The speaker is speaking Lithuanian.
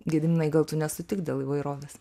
gediminai gal tu nesutik dėl įvairovės